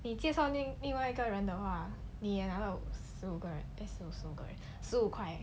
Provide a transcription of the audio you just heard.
你介绍另另外一个人的话你也拿到十五个 right eh 十五个人十五块